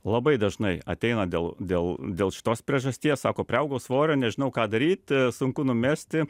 labai dažnai ateina dėl dėl dėl šitos priežasties sako priaugau svorio nežinau ką daryt sunku numesti